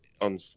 on